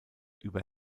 über